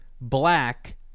Black